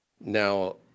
Now